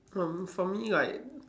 um for me like